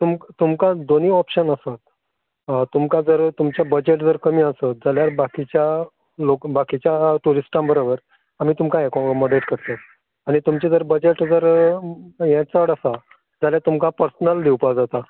तुमकां तुमकां दोनी ऑप्शन आसात तुमकां जर तुमचें बजट जर कमी आसत जाल्यार बाकिच्या लोक बाकिच्या टुरिस्टां बरोबर आमी तुमकां एकॉमडेट करतात आनी तुमचें जर बजट जर यें चड आसा जाल्या तुमकां पसनल दिवपा जाता